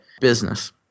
business